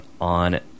on